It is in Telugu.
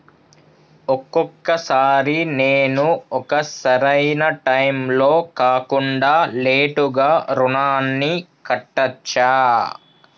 ఒక్కొక సారి నేను ఒక సరైనా టైంలో కాకుండా లేటుగా రుణాన్ని కట్టచ్చా?